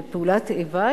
בפעולת איבה,